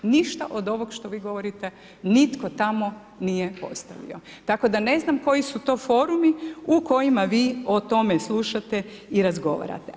Ništa od ovog što vi govorite nitko tamo nije postao tako da ne znam koji su to forumi u kojima vi o tome slušate i razgovarate.